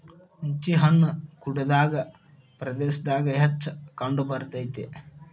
ಹುಂಚಿಹಣ್ಣು ಗುಡ್ಡಗಾಡ ಪ್ರದೇಶದಾಗ ಹೆಚ್ಚ ಕಂಡಬರ್ತೈತಿ